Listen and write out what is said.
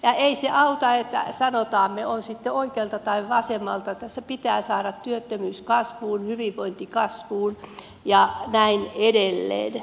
ei se auta että sanotaan on sitten oikealta tai vasemmalta että tässä pitää saada työllisyys kasvuun hyvinvointi kasvuun ja niin edelleen